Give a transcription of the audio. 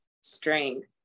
Strength